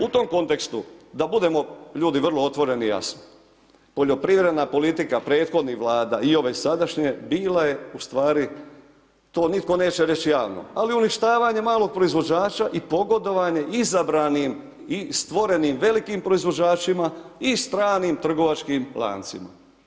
U tom kontekstu, da budemo ljudi vrlo otvoreni i jasni, poljoprivredna politika prethodnih vlada i ove sadašnje bila je u stvari, to nitko neće reći javno, ali uništavanje malog proizvođača i pogodovanje izabranim i stvorenim velikim proizvođačima i stranim trgovačkim lancima.